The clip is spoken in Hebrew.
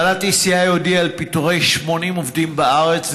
הנהלת ECI הודיעה על פיטורי 80 עובדים בארץ,